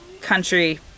country